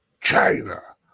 China